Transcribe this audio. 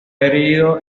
herido